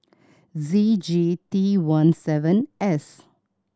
Z G T one seven S